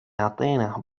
atenas